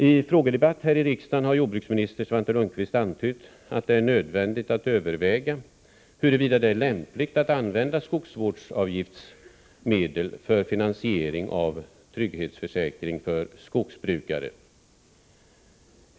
I en frågedebatt i riksdagen antydde jordbruksminister Svante Lundkvist att det är nödvändigt att överväga huruvida det är lämpligt att använda skogsvårdsavgiftsmedel för finansiering av trygghetsförsäkring för skogsbrukare.